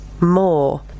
more